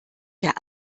der